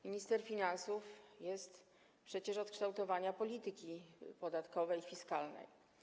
Minister finansów jest przecież od kształtowania polityki podatkowej i fiskalnej.